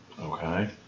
Okay